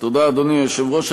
אדוני היושב-ראש,